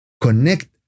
connect